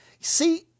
see